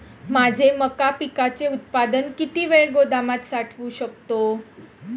माझे मका पिकाचे उत्पादन किती वेळ गोदामात साठवू शकतो?